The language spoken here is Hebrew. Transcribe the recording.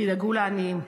תדאגו לעניים.